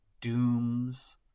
Dooms